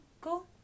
Cool